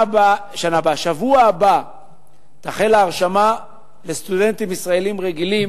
בשבוע הבא תחל ההרשמה לסטודנטים ישראלים רגילים,